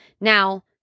Now